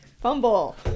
Fumble